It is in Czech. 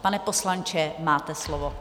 Pane poslanče, máte slovo.